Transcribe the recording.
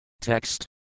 text